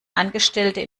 angestellte